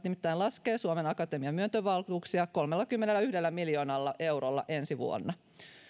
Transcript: nimittäin laskee suomen akatemian myöntövaltuuksia kolmellakymmenelläyhdellä miljoonalla eurolla ensi vuonna